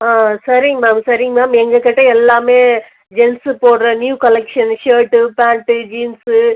சரிங்க மேம் சரிங்க மேம் எங்கக்கிட்ட எல்லாமே ஜென்ட்ஸு போடுற new collection shirt pant jeans